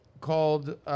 called